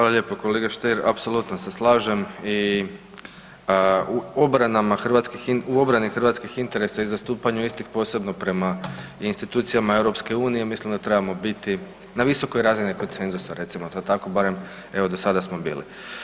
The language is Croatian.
Hvala lijepo kolega Stier, apsolutno se slažem i u obrani hrvatskih interesa i zastupanju istih, posebno prema institucijama EU, mislim da trebamo biti na visokoj razini konsenzusa, recimo to tako, barem, evo, do sada smo bili.